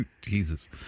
Jesus